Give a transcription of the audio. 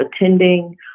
attending